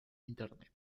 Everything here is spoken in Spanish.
internet